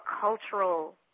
cultural